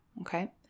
Okay